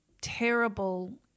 terrible